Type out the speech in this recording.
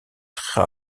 très